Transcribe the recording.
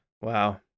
Wow